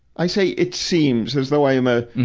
i say it seems, as though i am a,